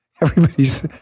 everybody's